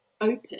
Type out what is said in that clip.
open